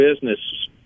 business